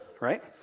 right